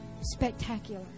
spectacular